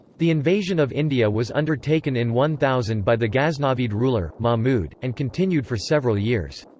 the invasion of india was undertaken in one thousand by the ghaznavid ruler, mahmud, and continued for several years.